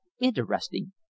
interesting